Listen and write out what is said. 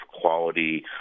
quality